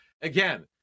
again